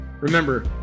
Remember